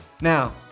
Now